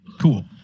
cool